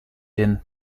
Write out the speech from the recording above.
hin